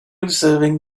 observing